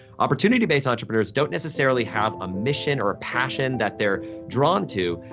opportunity-based entrepreneurs don't necessarily have a mission or a passion that they're drawn to.